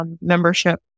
membership